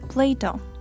Plato